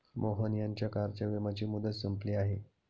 मोहन यांच्या कारच्या विम्याची मुदत संपली आहे